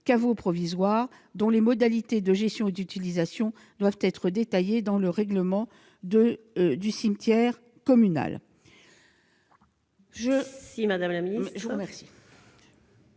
caveaux provisoires », dont les modalités de gestion et d'utilisation doivent être détaillées dans le règlement du cimetière communal.